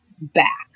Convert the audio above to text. back